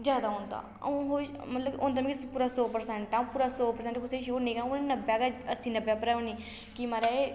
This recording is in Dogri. ज्यादा औंदा अ'ऊं मतलब कि औंदा मिगी पूरा सौ प्रसैंट अ'ऊं पूरा सौ प्रसैंट कुसै गी शो नेईं सौ प्रसैंट अ'ऊं नब्बै गै अस्सी नब्बै पर होन्नी कि महाराज